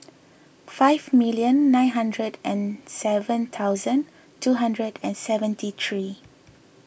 five million nine hundred and seven thousand two hundred and seventy three